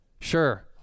sure